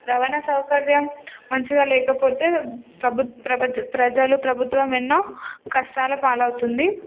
రవాణా సౌకర్యం మంచిగా లేకపోతే ప్రజలు ప్రభుత్వం ఎన్నో కష్టాల పాలవుతుంది